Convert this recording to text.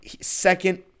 second